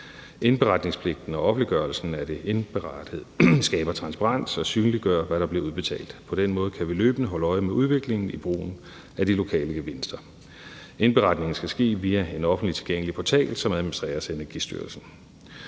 Indberetningspligten og offentliggørelsen af det indberettede skaber transparens og synliggør, hvad der bliver udbetalt. På den måde kan vi løbende holde øje med udviklingen i brugen af de lokale gevinster. Indberetningen skal ske via en offentligt tilgængelig portal, som administreres af Energistyrelsen.